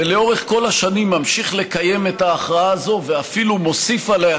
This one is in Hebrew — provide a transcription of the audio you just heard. ולאורך כל השנים הוא ממשיך לקיים את ההכרעה הזאת ואפילו מוסיף עליה,